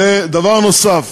דבר נוסף,